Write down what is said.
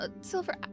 Silver